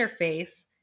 interface